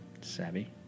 savvy